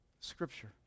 Scripture